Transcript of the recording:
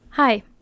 Hi